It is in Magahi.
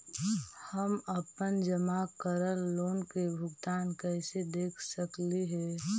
हम अपन जमा करल लोन के भुगतान कैसे देख सकली हे?